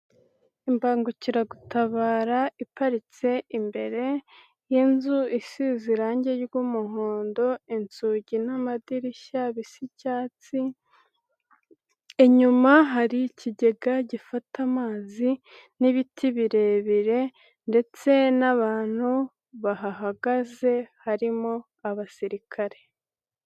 Imbangukiragutabara iparitse imbere y'inzu isize irangi ry'umuhondo, inzugi n'amadirishya bisa icyatsi, inyuma hari ikigega gifata amazi n'ibiti birebire ndetse n'abantu bahagaze harimo abasirikare.